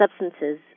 substances